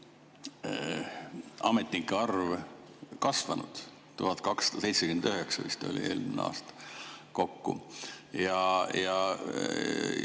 ametnike arv kasvanud, 1279 vist oli eelmisel aastal kokku.